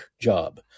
job